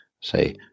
say